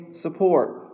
support